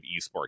esport